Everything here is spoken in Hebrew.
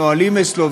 הנהלים אצלו,